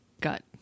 gut